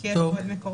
כי יש פה עוד מקורות,